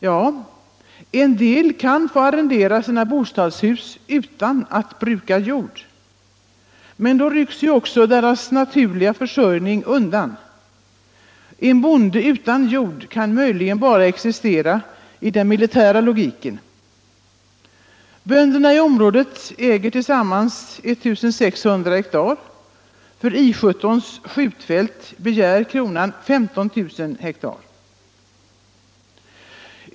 Ja, en del kan få arrendera sina bostadshus utan att bruka jord. Men då rycks också deras naturliga försörjning undan. En bonde utan jord kan bara existera i den militära logiken. Bönderna i området äger tillsammans 1 600 hektar. För I 17:s skjutfält begär kronan 15 000 hektar.